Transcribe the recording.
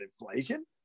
inflation